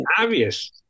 obvious